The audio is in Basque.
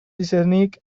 izenik